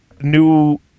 new